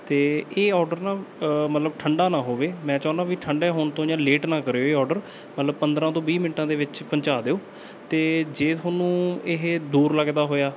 ਅਤੇ ਇਹ ਅੋਰਡਰ ਨਾ ਮਤਲਬ ਠੰਡਾ ਨਾ ਹੋਵੇ ਮੈਂ ਚਾਹੁੰਦਾ ਵੀ ਠੰਡੇ ਹੋਣ ਤੋਂ ਜਾਂ ਲੇਟ ਨਾ ਕਰਿਓ ਇਹ ਅੋਰਡਰ ਮਤਲਬ ਪੰਦਰਾਂ ਤੋਂ ਵੀਹ ਮਿੰਟਾਂ ਦੇ ਵਿੱਚ ਪਹੁੰਚਾ ਦਿਓ ਅਤੇ ਜੇ ਤੁਹਾਨੂੰ ਇਹ ਦੂਰ ਲੱਗਦਾ ਹੋਇਆ